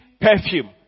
perfume